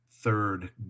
third